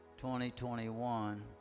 2021